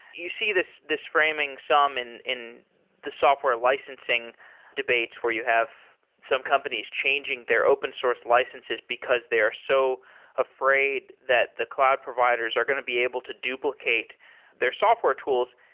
you see this this framing sum in in the software licensing debates where you have some companies changing their open source licenses because they are so afraid that the cloud providers are going to be able to duplicate their software tools.